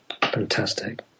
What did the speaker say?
Fantastic